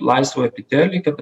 laisvą epitelį kad